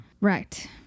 right